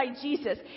Jesus